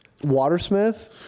Watersmith